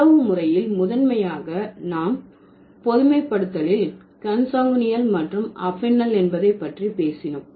உறவுமுறையில் முதன்மையாக நாம் பொதுமைப்படுத்தலில் கொண்சங்குனியால் மற்றும் அஃபினல் என்பதை பற்றி பேசினோம்